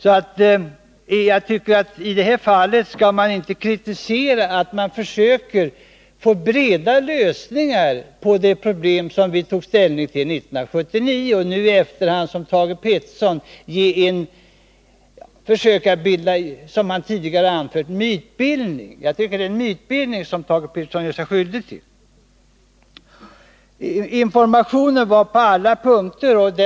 Jag anser att man i detta fall inte skall kritisera försöken att få breda lösningar till de problem som vi tog ställning till 1979 och nu i efterhand bygga upp en mytbildning. Jag tycker nämligen det är en mytbildning som Thage Peterson gör sig skyldig till. Informationen var på alla punkter uttömmande.